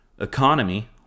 economy